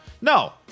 No